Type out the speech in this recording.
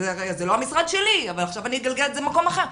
זה לא המשרד שלי אבל עכשיו אני אגלגל את זה למקום אחר.